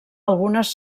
algunes